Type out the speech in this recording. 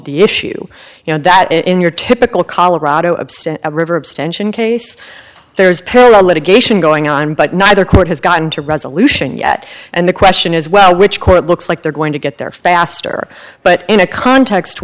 the issue you know that in your typical colorado absent a river abstention case there's parallel litigation going on but neither court has gotten to resolution yet and the question is well which court looks like they're going to get there faster but in a context